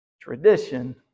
Tradition